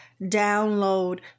download